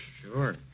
Sure